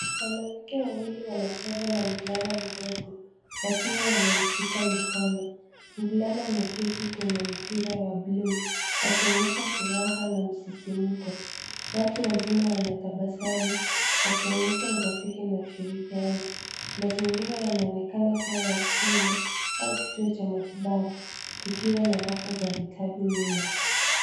Wanawake wawili wanacheza na mvulana mdogo wakiwa wamemshika mikono. Mvulana ameketi kwenye mpira wa buluu, akionyesha furaha na msisimko. Watu wazima wanatabasamu wakionyesha urafiki na ushirikiano. Mazingira yanaonekana kuwa ya shule au kituo cha matibabu kukiwa na rafu za vitabu nyuma.